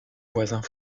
voisins